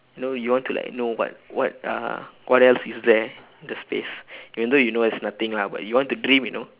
no you want to like know what what uh what else is there in the space even though you know there's nothing lah but you want to dream you know